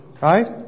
right